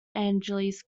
angeles